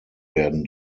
werden